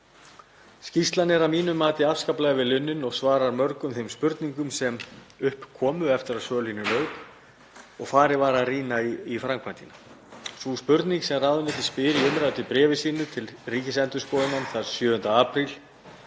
Skýrslan er að mínu mati afskaplega vel unnin og svarar mörgum þeim spurningum sem upp komu eftir að sölunni lauk og farið var að rýna í framkvæmdina. Sú spurning sem ráðuneyti spyr í umræddu bréfi sínu til Ríkisendurskoðunar þann 7. apríl